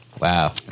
wow